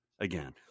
again